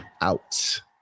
Out